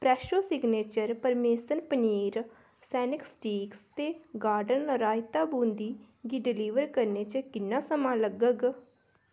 Fresho signature parmesan paneer सैनिक sticks ते garden raita boondi गी डलीवर करने च किन्ना समां लग्गग